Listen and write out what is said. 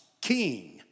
king